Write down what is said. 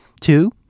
Two